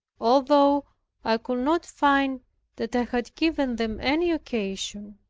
although i could not find that i had given them any occasion,